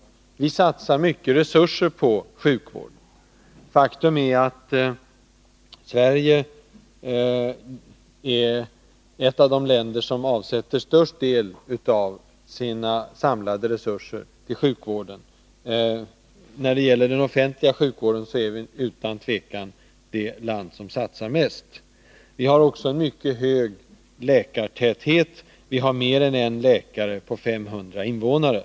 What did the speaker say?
Vi satsar mycket resurser på sjukvården. Faktum är att Sverige är ett av de länder som avsätter störst del av sina samlade resurser till sjukvården. När det gäller den offentliga sjukvården är vi utan tvivel det land som satsar mest. Vi har också en mycket hög läkartäthet — vi har mer än en läkare på 500 invånare.